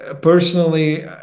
personally